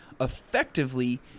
effectively